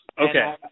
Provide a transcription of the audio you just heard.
Okay